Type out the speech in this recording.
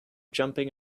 jumping